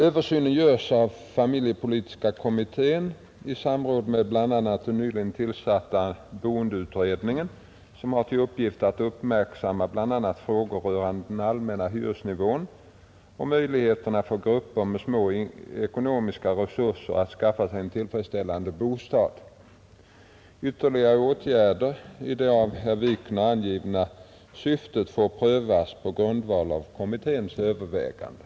Översynen görs av familjepolitiska kommittén i samråd med bl.a. den nyligen tillsatta boendeutredningen, som har till uppgift att uppmärksamma bl.a. frågor rörande den allmänna hyresnivån och möjligheterna för grupper med små ekonomiska resurser att skaffa sig en tillfredsställande bostad. Ytterligare åtgärder i det av herr Wikner angivna syftet får prövas på grundval av kommitténs överväganden.